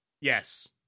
Yes